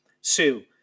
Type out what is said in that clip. Sue